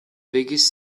biggest